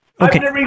okay